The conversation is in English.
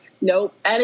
Nope